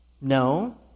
No